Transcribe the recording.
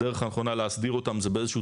הדרך האחרונה להסדיר אותם זה באיזשהו